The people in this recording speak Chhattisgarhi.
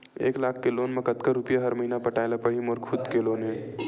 एक लाख के लोन मा कतका रुपिया हर महीना पटाय ला पढ़ही मोर खुद ले लोन मा?